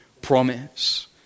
promise